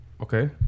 Okay